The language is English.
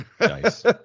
nice